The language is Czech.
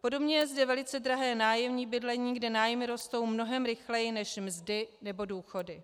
Podobně je zde velice drahé nájemní bydlení, kde nájmy rostou mnohem rychleji než mzdy nebo důchody.